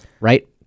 Right